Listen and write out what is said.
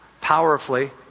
powerfully